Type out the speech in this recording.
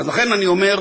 אז לכן אני אומר: